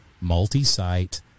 multi-site